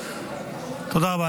תודה רבה.